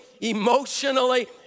emotionally